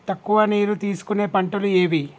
తక్కువ నీరు తీసుకునే పంటలు ఏవి?